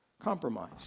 compromise